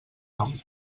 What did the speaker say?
nou